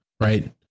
right